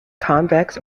convex